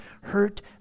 hurt